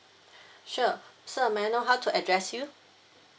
sure sir may I know how to address you